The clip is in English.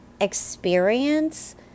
experience